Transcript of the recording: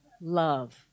love